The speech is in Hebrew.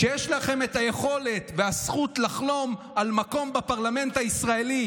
שיש לכם היכולת והזכות לחלום על מקום בפרלמנט הישראלי,